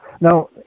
Now